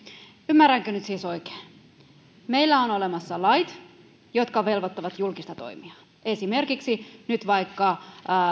ymmärränkö nyt siis oikein meillä on olemassa lait jotka velvoittavat julkista toimijaa esimerkiksi nyt vaikka